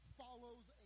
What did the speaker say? follows